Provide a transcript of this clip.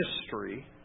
history